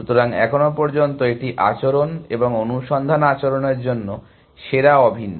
সুতরাং এখন পর্যন্ত এটি আচরণ এবং অনুসন্ধান আচরণের জন্য সেরা অভিন্ন